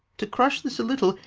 to crush this a little,